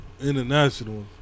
International